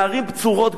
הערים בצורות,